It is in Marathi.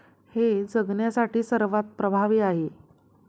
हे जगण्यासाठी सर्वात प्रभावी आहे